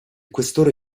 questore